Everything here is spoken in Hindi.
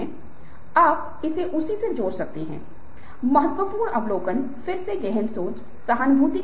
अर्जुन निराशा और हताशा से घिर गया था और नेक दिमाग के बुजुर्ग और उसके परिजन को हत्या करने के लिए अनिच्छुक था